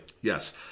Yes